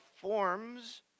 forms